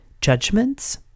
judgments